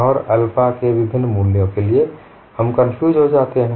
और अल्फा के विभिन्न मूल्यों के लिए हम कन्फ्यूज हो जाते हैं